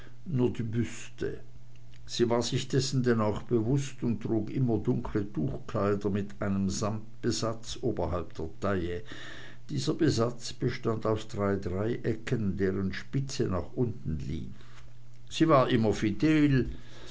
nur die büste sie war sich dessen denn auch bewußt und trug immer dunkle tuchkleider mit einem sammetbesatz oberhalb der taille dieser besatz bestand aus drei dreiecken deren spitze nach unten lief sie war immer fidel